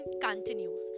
continues